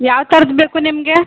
ಯಾವ ಥರ್ದು ಬೇಕು ನಿಮ್ಗೆ